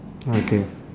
okay